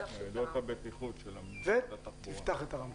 ניידות הבטיחות של משרד התחבורה,